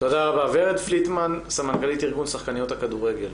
תודה שהזמנתם אותנו.